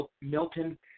Milton